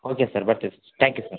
okay sir ಬರ್ತಿವಿ sir thank you